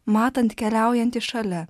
matant keliaujantį šalia